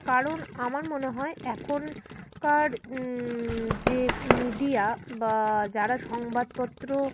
কারণ আমার মনে হয় এখন কার যে মিডিয়া বা যারা সংবাদপত্র